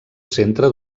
centre